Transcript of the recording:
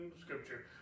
Scripture